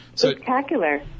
Spectacular